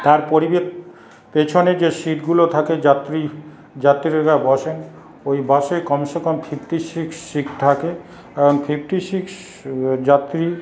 তারপরই যে পিছনে যে সিটগুলো থাকে যাত্রী যাত্রীরা বসেন ওই বাসে কমসে কম ফিফটি সিক্স সিট থাকে এবং ফিফটি সিক্স যাত্রী